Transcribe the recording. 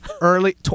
Early